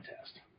test